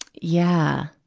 yeah.